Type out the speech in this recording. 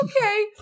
Okay